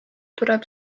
tuleb